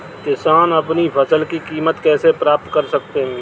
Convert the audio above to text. किसान अपनी फसल की कीमत कैसे पता कर सकते हैं?